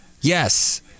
yes